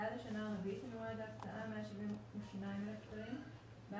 בעד השנה הרביעית ממועד ההקצאה-172,000 בעד